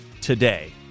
today